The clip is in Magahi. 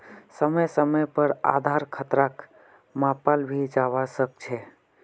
समय समय पर आधार खतराक मापाल भी जवा सक छे